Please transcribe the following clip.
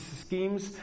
schemes